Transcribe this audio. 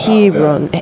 Hebron